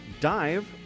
dive